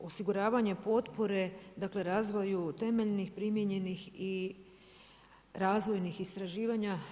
osiguravanju potpore razvoju temeljnih, primijenjenih i razvojnih istraživanja.